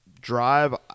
drive